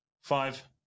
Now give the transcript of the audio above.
Five